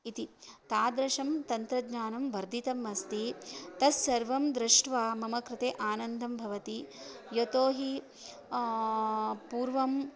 इति तादृशं तन्त्रज्ञानं वर्धितम् अस्ति तस्सर्वं दृष्ट्वा मम कृते आनन्दं भवति यतोहि पूर्वं